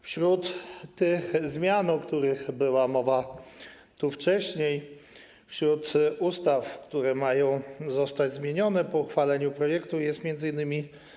Wśród tych zmian, o których tu była mowa wcześniej, wśród ustaw, które mają zostać zmienione po uchwaleniu projektu, jest m. in.